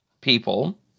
people